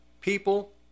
People